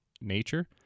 nature